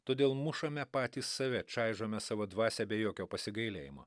todėl mušame patys save čaižome savo dvasią be jokio pasigailėjimo